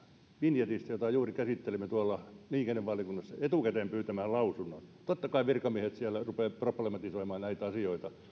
vinjetistä jota juuri käsittelimme tuolla liikennevaliokunnassa etukäteen pyytämään lausunnon totta kai virkamiehet siellä rupeavat problematisoimaan näitä asioita